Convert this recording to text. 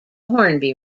hornby